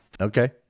Okay